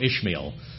Ishmael